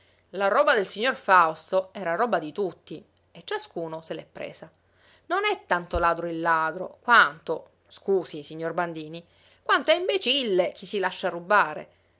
la roba del signor fausto era roba di tutti e ciascuno se l'è presa non è tanto ladro il ladro quanto scusi signor bandini quanto è imbecille chi si lascia rubare